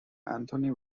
anthony